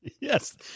Yes